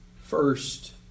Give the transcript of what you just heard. first